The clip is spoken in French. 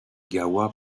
gawa